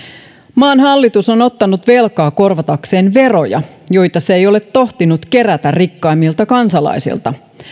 maan hallitus on ottanut velkaa korvatakseen veroja joita se ei ole tohtinut kerätä rikkaimmilta kansalaisilta